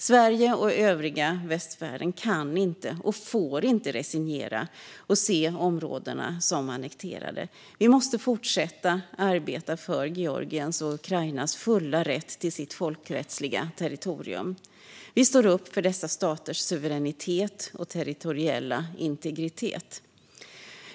Sverige och övriga västvärlden kan inte och får inte resignera och se områdena som annekterade. Vi måste fortsätta att arbeta för Georgiens och Ukrainas fulla rätt till sitt folkrättsliga territorium. Vi står upp för dessa staters suveränitet och territoriella integritet.